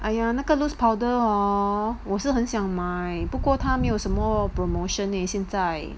!aiya! 那个 loose powder hor 我是很想买不过他没有什么 promotion eh 现在